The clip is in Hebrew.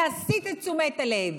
להסיט את תשומת הלב,